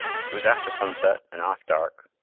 it was after sunset an' half dark,